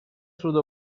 through